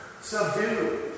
subdue